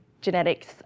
genetics